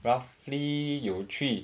roughly 有去